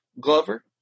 glover